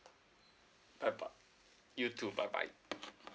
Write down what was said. bye bye you too bye bye